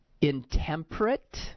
intemperate